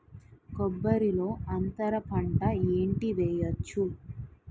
కొబ్బరి లో అంతరపంట ఏంటి వెయ్యొచ్చు?